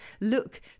look